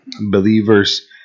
believers